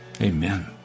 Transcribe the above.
Amen